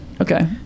Okay